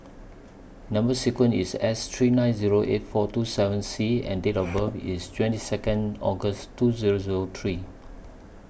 Number sequence IS S three nine Zero eight four two seven C and Date of birth IS twenty Second August two Zero Zero three